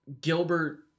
Gilbert